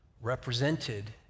represented